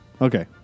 Okay